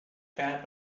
fat